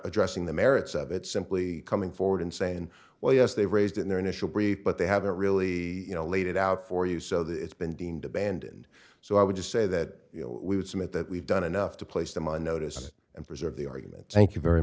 addressing the merits of it simply coming forward and saying well yes they raised in their initial brief but they haven't really you know laid it out for you so that it's been deemed abandoned so i would just say that we would submit that we've done enough to place them on notice and preserve the argument thank you very